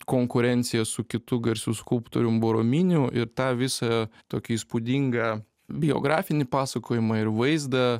konkurenciją su kitu garsiu skulptorium borominiu ir tą visą tokį įspūdingą biografinį pasakojimą ir vaizdą